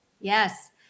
Yes